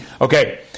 Okay